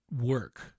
work